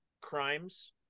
crimes